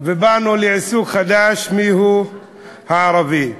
ובאנו לעיסוק חדש, מיהו ערבי.